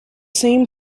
same